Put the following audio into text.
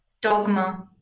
dogma